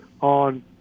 on